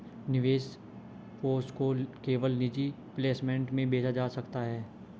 निवेश कोष को केवल निजी प्लेसमेंट में बेचा जा सकता है